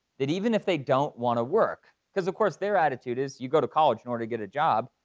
that even if they don't wanna work, cuz of course their attitude is, you go to college in order to get a job,